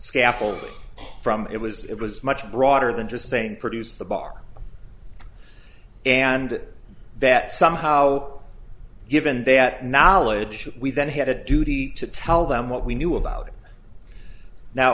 scaffolding from it was it was much broader than just saying produce the bar and that somehow given that knowledge we then had a duty to tell them what we knew about it now